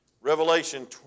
Revelation